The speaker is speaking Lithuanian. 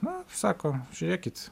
na sako žiūrėkit